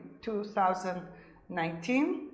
2019